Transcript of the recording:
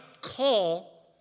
call